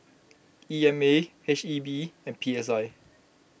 E M A H E B and P S I